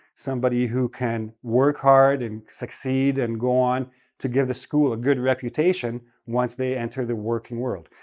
somebody who can work hard and succeed and go on to give the school a good reputation once they enter the working world.